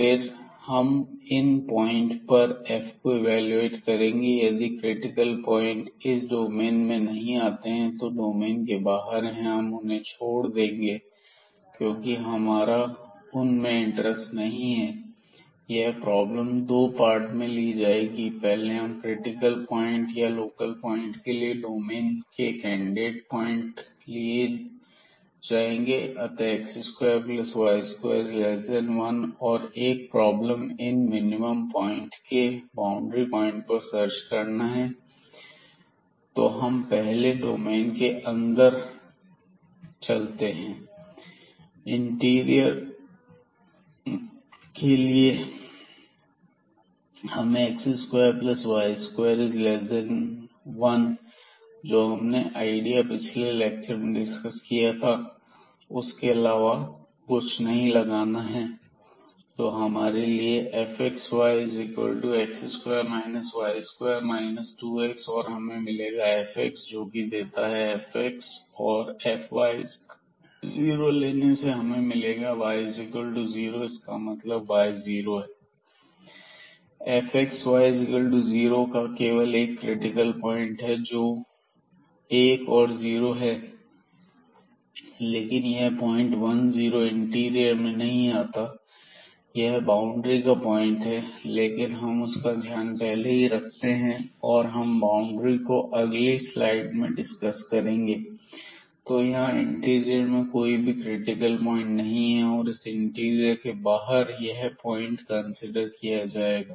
फिर हम इन पॉइंट पर f को इवेलुएट करेंगे यदि क्रिटिकल प्वाइंट इस डोमेन में नहीं आते हैं और डोमेन के बाहर हैं तब हम उन्हें छोड़ देंगे क्योंकि हमारा उन में इंटरेस्ट नहीं है तो यह प्रॉब्लम दो पार्ट में ली जाएगी पहले मैं क्रिटिकल प्वाइंट या लोकल एक्सट्रीमा के लिए डोमेन के कैंडिडेट पॉइंट लिए जाएंगे आता है अतः x2y21 और एक प्रॉब्लम इन मिनिमम के पॉइंट को बाउंड्री पर सर्च करना है तो हम पहले डोमेन के अंदर पहले चलते हैं इंटीरियर के लिए हमें x2y21 जो हमने आईडिया पिछले लेक्चर में डिस्कस किया था उसके अलावा यहां कुछ नहीं लगाना है तो हमारे लिए fxyx2 y2 2x और हमें मिलेगा fx जोकि देता है fx और fy0 लेने से हमें मिलेगा y0 इसका मतलब y 0 है fxy0 का केवल एक क्रिटिकल प्वाइंट है जो कि एक और जीरो है लेकिन यह पॉइंट 1 0 इंटीरियर में नहीं आता है यह तो बाउंड्री का पॉइंट है लेकिन हम उसका ध्यान पहले ही रखते हैं और हम बाउंड्री को अगली स्लाइड में डिसकस करेंगे तो यहां पर इंटीरियर में कोई भी क्रिटिकल प्वाइंट नहीं है और इस इंटीरियर के बाहर यह पॉइंट कंसीडर किया जाएगा